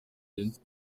izi